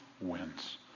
wins